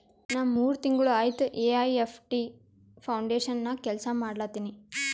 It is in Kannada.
ನಾ ಮೂರ್ ತಿಂಗುಳ ಆಯ್ತ ಎ.ಐ.ಎಫ್.ಟಿ ಫೌಂಡೇಶನ್ ನಾಗೆ ಕೆಲ್ಸಾ ಮಾಡ್ಲತಿನಿ